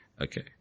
Okay